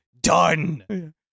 done